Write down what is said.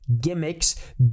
gimmicks